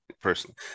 personally